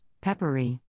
Peppery